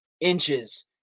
inches